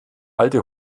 alte